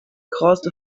caused